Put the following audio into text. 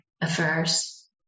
affairs